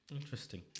Interesting